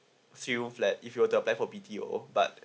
three room flat if you were to apply for P_T_O but